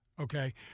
okay